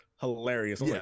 Hilarious